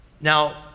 Now